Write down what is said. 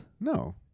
No